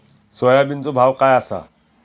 सोयाबीनचो भाव काय आसा?